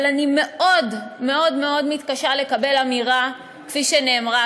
אבל אני מאוד מאוד מאוד מתקשה לקבל אמירה כפי שנאמרה,